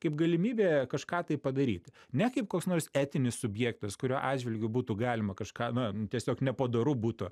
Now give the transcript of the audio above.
kaip galimybė kažką tai padaryti ne kaip koks nors etinis subjektas kurio atžvilgiu būtų galima kažką na tiesiog nepadoru būtų